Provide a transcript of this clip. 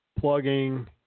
plugging